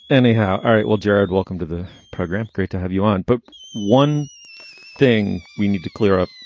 anyhow all right. well, jared, welcome to the program. great to have you on. but one thing we need to clear up,